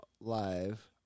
live